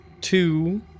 two